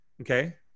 Okay